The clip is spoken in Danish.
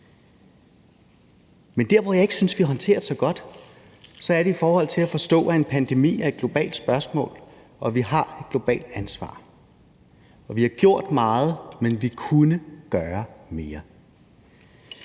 Der, hvor jeg ikke synes vi håndterer det så godt, er i forhold til at forstå, at en pandemi er et globalt spørgsmål, og at vi har et globalt ansvar. Vi har gjort meget, men vi kunne gøre mere.